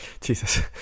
Jesus